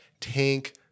tank